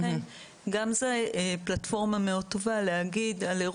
לכן גם זו פלטפורמה מאוד טובה להגיד על אירוע